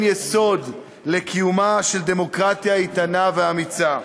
יסוד לקיומה של דמוקרטיה איתנה ואמיצה.